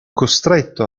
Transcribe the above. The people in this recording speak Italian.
costretto